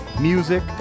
music